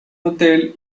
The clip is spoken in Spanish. hotel